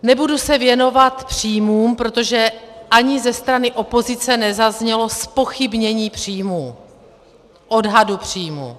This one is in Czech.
Nebudu se věnovat příjmům, protože ani ze strany opozice nezaznělo zpochybnění příjmů, odhadu příjmů.